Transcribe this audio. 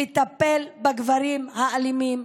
לטפל בגברים האלימים,